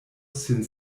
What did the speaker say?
sin